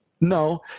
No